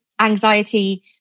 anxiety